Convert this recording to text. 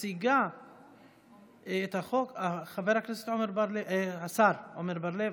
מציג את החוק השר עמר בר לב.